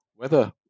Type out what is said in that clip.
weather